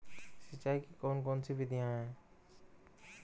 सिंचाई की कौन कौन सी विधियां हैं?